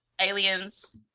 aliens